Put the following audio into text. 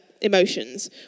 emotions